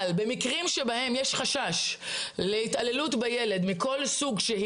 אבל במקרים שבהם יש חשש להתעללות בילד מכל סוג,